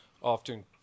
often